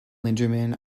linderman